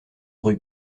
rue